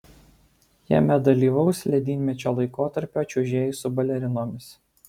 jame dalyvaus ledynmečio laikotarpio čiuožėjai su balerinomis